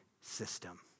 system